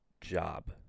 job